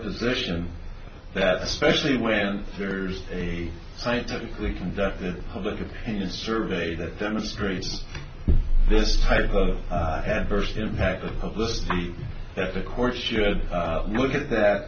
position that especially when there's a scientifically conducted public opinion survey that demonstrates this type of adverse impact of publicity that the court should look at that